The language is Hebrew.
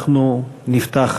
אנחנו נפתח